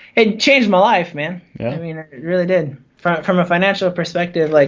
it changed my life man. i mean it really did. from from a financial perspective. like